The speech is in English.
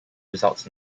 results